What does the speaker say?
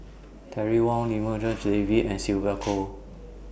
Terry Wong Lim J V and Sylvia Kho